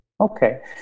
Okay